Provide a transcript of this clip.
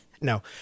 No